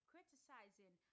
criticizing